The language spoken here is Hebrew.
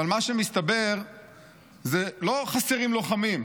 אבל מה שמסתבר הוא שלא חסרים לוחמים,